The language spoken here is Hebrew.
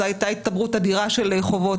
הייתה הצטברות אדירה של חובות,